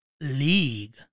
League